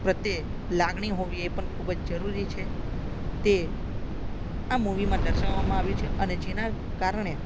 પ્રત્યે લાગણી હોવી એ પણ ખૂબ જ જરૂરી છે તે આ મુવીમાં દર્શાવવામાં આવ્યું છે અને જેના કારણે આ